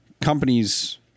companies